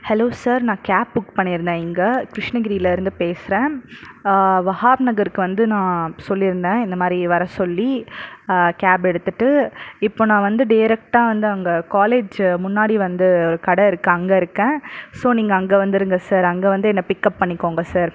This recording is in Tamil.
ஹலோ சார் நான் கேப் புக் பண்ணிருந்தேன் இங்கே கிருஷ்ணகிரியிலருந்து பேசுகிறன் வகாப் நகர்க்கு வந்து நான் சொல்லிருந்தன் இந்த மாதிரி வர சொல்லி கேப் எடுத்துகிட்டு இப்போ நான் வந்து டேரெக்ட்டாக வந்து அங்கே காலேஜ் முன்னாடி வந்து ஒரு கடருக்கு அங்கருக்கன் ஸோ நீங்கள் அங்கே வந்துருங்க சார் அங்கே வந்து என்ன பிக்கப் பண்ணிக்கோங்க சார்